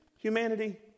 Humanity